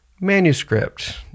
manuscript